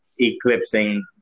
eclipsing